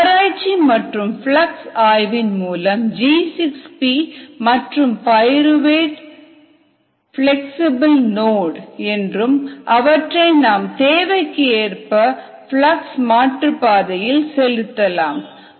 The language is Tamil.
ஆராய்ச்சி மற்றும் பிளக்ஸ் ஆய்வின் மூலம் G6P மற்றும் பயிறுவேட் பிளக்ஸ்சிபில் நோட் என்றும் அவற்றை நாம் தேவைக்கு ஏற்ப பிளக்ஸ் மாற்றுப்பாதையில் செலுத்தலாம்